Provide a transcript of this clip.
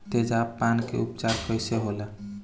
तेजाब पान के उपचार कईसे होला?